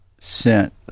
sent